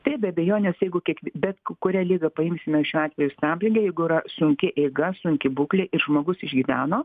taip be abejonės jeigu kiek bet kurią ligą paimsime šiuo atveju stabligę jeigu yra sunki eiga sunki būklė ir žmogus išgyveno